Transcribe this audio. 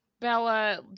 Bella